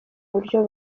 buryo